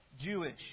Jewish